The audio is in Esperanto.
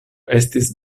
estis